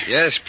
Yes